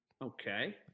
Okay